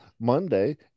Monday